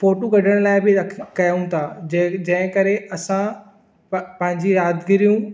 फोटूं कढण लाइ बि रख कयूं था जंहिं जंहिं करे असां पंहिंजी यादगिरियूं